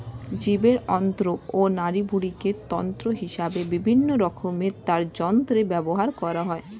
জীবের অন্ত্র ও নাড়িভুঁড়িকে তন্তু হিসেবে বিভিন্ন রকমের তারযন্ত্রে ব্যবহার করা হয়